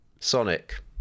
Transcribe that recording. Sonic